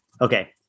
Okay